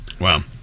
Wow